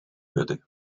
würde